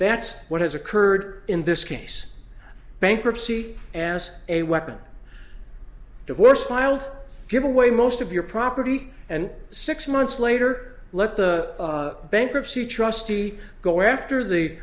that's what has occurred in this case bankruptcy as a weapon of worst filed give away most of your property and six months later let the bankruptcy trustee go after the